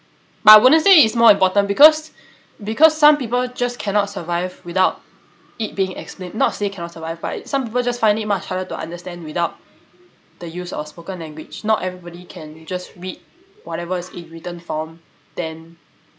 I wouldn't say is more important because because some people just cannot survive without it being excellent not say cannot survive by some people just find it much harder to understand without the use of spoken language not everybody can just read whatever is it written form then